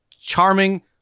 charming